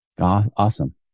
awesome